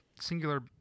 singular